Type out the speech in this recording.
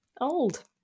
old